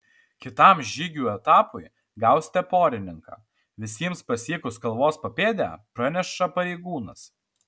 kitam žygių etapui gausite porininką visiems pasiekus kalvos papėdę praneša pareigūnas